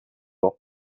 avoir